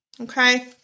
okay